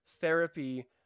therapy